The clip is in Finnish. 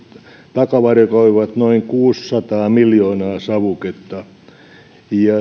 takavarikoivat noin kuusisataa miljoonaa savuketta ja